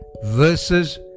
verses